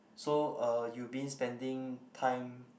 so uh you mean spending time